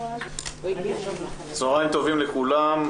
בוקר טוב לכולם.